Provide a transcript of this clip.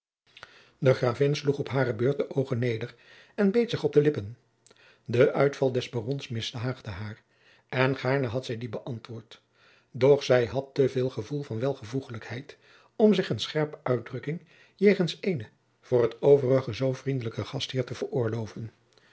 de gravin sloeg op hare beurt de oogen neder en beet zich op de lippen de uitval des barons mishaagde haar en gaarne had zij dien beantwoord doch zij had te veel gevoel van welvoegelijkheid om zich eene scherpe uitdrukking jegens eenen voor t overige zoo vriendelijken gastheer te veroorloven